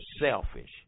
selfish